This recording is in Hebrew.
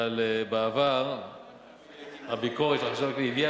אבל בעבר הביקורת של החשב הכללי הביאה